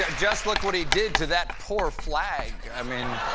just look what he did to that poor flag. i mean.